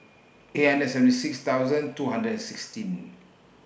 eight hundred and seventy six thousand two hundred and sixteen